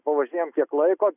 pavažinėjom kiek laiko